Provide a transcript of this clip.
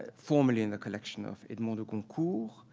formerly in the collection of edmond de goncourt,